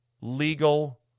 legal